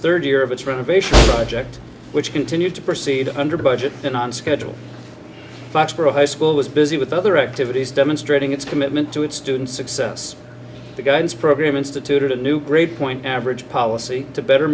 third year of its renovation project which continued to proceed under budget and on schedule foxborough high school was busy with other activities demonstrating its commitment to its students success the guidance program instituted a new grade point average policy to better